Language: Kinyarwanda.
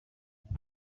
hafi